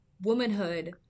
womanhood